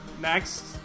Next